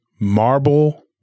marble